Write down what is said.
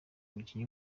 umukinnyi